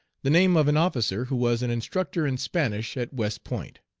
the name of an officer who was an instructor in spanish at west point.